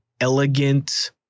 elegant